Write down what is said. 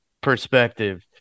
perspective